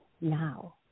now